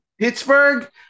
Pittsburgh